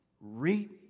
reap